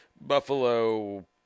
Buffalo